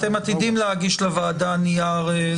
אתם עתידים להגיש לוועדה נייר עמדה?